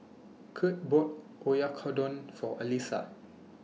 Kurt bought Oyakodon For Elissa